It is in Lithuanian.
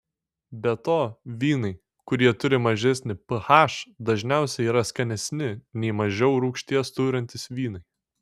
be to vynai kurie turi mažesnį ph dažniausiai yra skanesni nei mažiau rūgšties turintys vynai